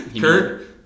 Kurt